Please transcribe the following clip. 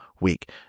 week